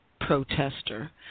protester